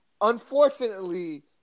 Unfortunately